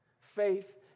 Faith